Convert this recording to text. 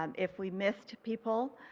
um if we missed people,